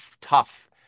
tough